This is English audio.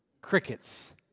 crickets